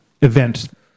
event